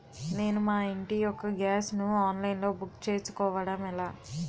నేను మా ఇంటి యెక్క గ్యాస్ ను ఆన్లైన్ లో బుక్ చేసుకోవడం ఎలా?